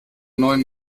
neuen